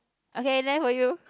okay there for you